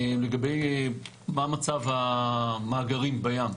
לגבי מה מצב מאגרים בים.